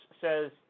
says